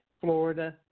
Florida